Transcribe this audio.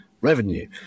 revenue